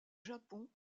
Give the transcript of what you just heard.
japon